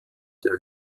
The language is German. der